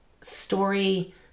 story